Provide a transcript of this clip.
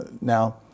Now